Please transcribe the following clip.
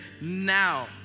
now